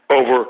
over